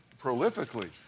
prolifically